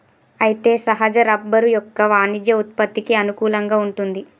అయితే సహజ రబ్బరు యొక్క వాణిజ్య ఉత్పత్తికి అనుకూలంగా వుంటుంది